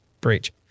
breach